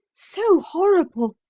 so horrible!